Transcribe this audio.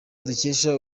dukesha